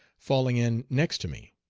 falling in next to me.